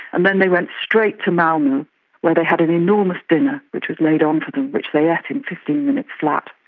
and then they went straight to malmo where they had an enormous dinner which was laid on for them, which they ate in fifteen minutes and flat.